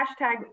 hashtag